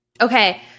okay